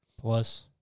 plus